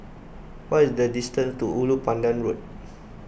what is the distance to Ulu Pandan Road